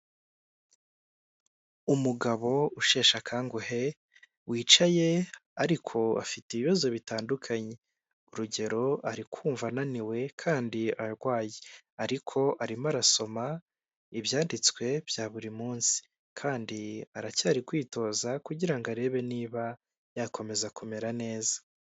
Umugabo usheshe akanguhe wicaye ariko afite ibibazo bitandukanye. Urugero ari kumva ananiwe kandi arwaye; ariko arimo arasoma ibyanditswe bya buri munsi. Kandi aracyari kwitoza kugira ngo arebe niba yakomeza kumera neza.